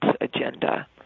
agenda